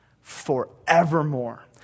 forevermore